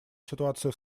ситуация